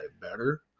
better